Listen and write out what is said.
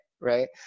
right